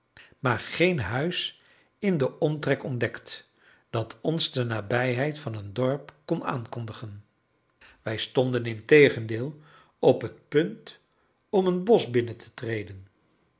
maar geen huis in den omtrek ontdekt dat ons de nabijheid van een dorp kon aankondigen wij stonden integendeel op het punt om een bosch binnen te treden